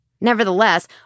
Nevertheless